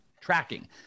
tracking